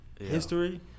history